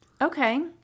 Okay